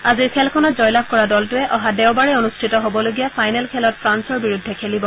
আজিৰ খেলখনত জয়লাভ কৰা দলটোৱে অহা দেওবাৰে অনুষ্ঠিত হ'বলগীয়া ফাইনেল খেলত ফ্ৰান্সৰ বিৰুদ্ধে খেলিব